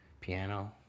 piano